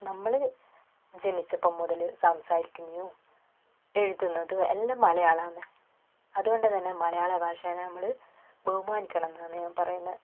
നമ്മൾ ജനിച്ചപ്പോൾ മുതൽ സംസാരിക്കുന്നെയോ എഴുതുന്നതും എല്ലാം മലയാളമാണ് അതുകൊണ്ട് തന്നെ മലയാള ഭാഷയെ നമ്മൾ ബഹുമാനിക്കണം എന്നാണ് ഞാൻ പറയുന്നത്